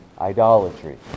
idolatry